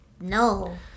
No